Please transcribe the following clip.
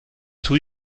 tue